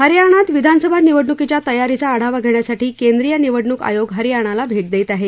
हरियाणात विधानसभा निवडणुकीच्या तयारीचा आढावा घेण्यासाठी केंद्रीय निवडणूक आयोग हरियाणाला भेट देत आहे